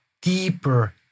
deeper